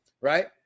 right